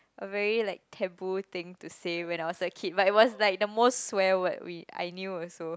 a very like taboo thing to say when I was a kid but it was like the most swear word we I knew also